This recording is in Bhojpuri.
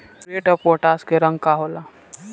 म्यूरेट ऑफपोटाश के रंग का होला?